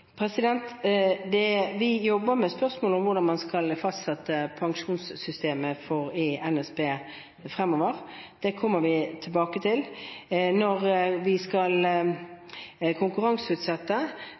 Vi jobber med spørsmål om hvordan man skal fastsette pensjonssystemet i NSB fremover, det kommer vi tilbake til. Når vi skal